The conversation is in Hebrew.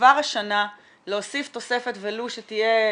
כבר השנה להוסיף תוספת ולו שתהיה,